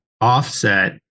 offset